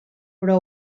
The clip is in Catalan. però